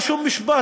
אין שום משפט,